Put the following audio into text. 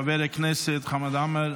חבר הכנסת חמד עמאר,